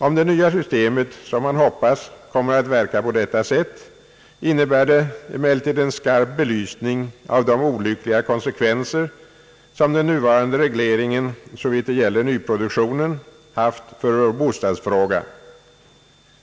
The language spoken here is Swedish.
Om det nya systemet, vilket man hoppas, kommer att verka på detta sätt, innebär det emellertid en skarp belysning av de olyckliga konsekvenser som den nuvarande regleringen — såvitt det gäller nyproduktionen — haft för vår bostadsfråga.